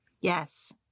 Yes